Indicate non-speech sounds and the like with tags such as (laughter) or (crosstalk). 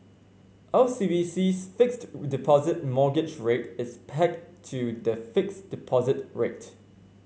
OCBC's Fixed (noise) Deposit Mortgage Rate is pegged to the fixed deposit rate